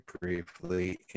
briefly